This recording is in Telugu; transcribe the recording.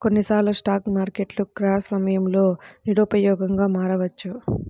కొన్నిసార్లు స్టాక్ మార్కెట్లు క్రాష్ సమయంలో నిరుపయోగంగా మారవచ్చు